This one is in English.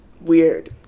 weird